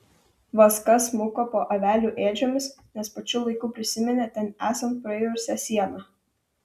vaska smuko po avelių ėdžiomis nes pačiu laiku prisiminė ten esant prairusią sieną